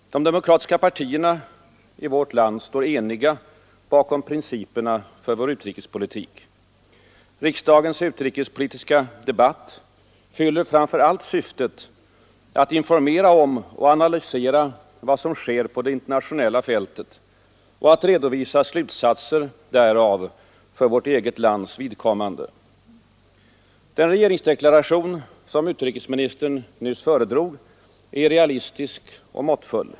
De demokratiska partierna i vårt land står eniga bakom principerna för vår utrikespolitik. Riksdagens utrikespolitiska debatt fyller framför allt syftet att informera om och analysera vad som sker på det internationella fältet och att redovisa slutsatser därav för vårt eget lands vidkommande. Den regeringsdeklaration utrikesministern nyss föredrog är realistisk och måttfull.